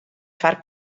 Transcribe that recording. foar